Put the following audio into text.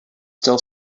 still